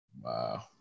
Wow